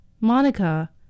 Monica